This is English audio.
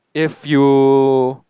if you